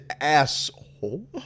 asshole